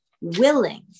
willing